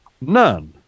None